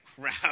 crap